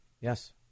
Yes